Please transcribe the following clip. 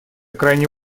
крайне